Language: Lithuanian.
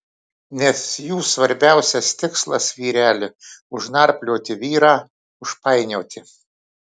nes jų svarbiausias tikslas vyreli užnarplioti vyrą užpainioti